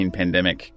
pandemic